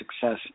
success